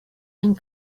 and